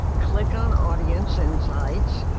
click on audience insights.